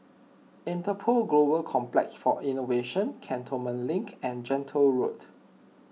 Interpol Global Complex for Innovation Cantonment Link and Gentle Road